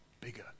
bigger